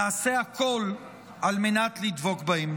נעשה הכול על מנת לדבוק בהם.